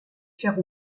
faire